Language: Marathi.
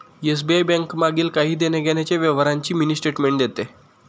एस.बी.आय बैंक मागील काही देण्याघेण्याच्या व्यवहारांची मिनी स्टेटमेंट देते